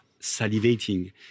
salivating